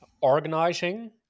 organizing